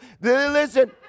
Listen